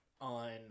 on